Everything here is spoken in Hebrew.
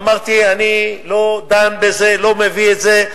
אמרתי: אני לא דן בזה, לא מביא את זה.